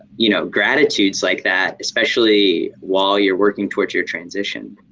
you know, gratitudes like that, especially while you're working towards your transition?